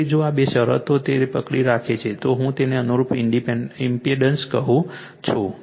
તેથી જો આ બે શરતો તેથી પકડી રાખે છે તો હું તેને અનુરૂપ ઈમ્પેડન્સ કહું છું